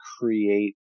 create